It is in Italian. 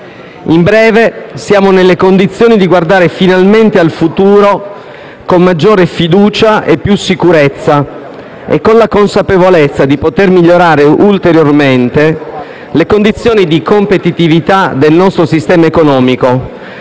In breve, siamo nelle condizioni di guardare finalmente al futuro con maggiore fiducia e più sicurezza e con la consapevolezza di poter migliorare ulteriormente le condizioni di competitività del nostro sistema economico,